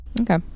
Okay